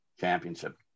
championship